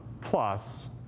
plus